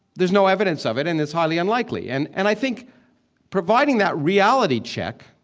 there's no evidence of it and it's highly unlikely. and and i think providing that reality check